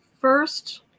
first